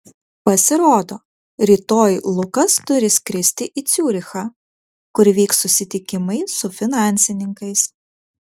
pasirodo rytoj lukas turi skristi į ciurichą kur vyks susitikimai su finansininkais